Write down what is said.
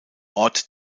ort